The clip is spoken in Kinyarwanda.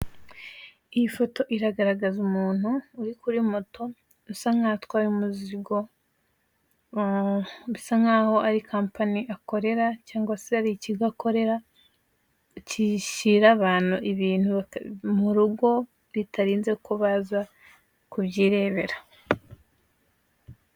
Iyi foto iragaragaza umuntu uri kuri moto usa nk'aho atwaye umuzigo bisa nk'aho ari kampani akorera cyangwa ari ikigo akorera gishyira abantu ibintu mu rugo bitarinze ko baza kubyirebera.